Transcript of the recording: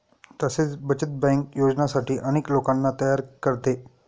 तसेच बचत बँक योजनांसाठी अनेक लोकांना तयार करते